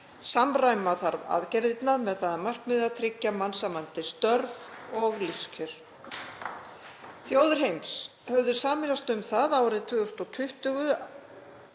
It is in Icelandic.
Samræma þarf aðgerðirnar með það að markmiði að tryggja mannsæmandi störf og lífskjör. Þjóðir heims höfðu sameinast um það að árið 2020